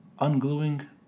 ungluing